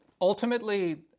ultimately